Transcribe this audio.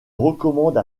recommande